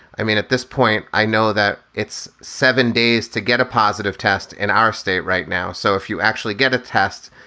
i mean, at this point, i know that it's seven days to get a positive test in our state right now. so if you actually get a test,